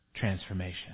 Transformation